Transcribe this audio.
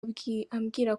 umbwira